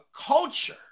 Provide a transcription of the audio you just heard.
culture